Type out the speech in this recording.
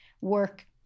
work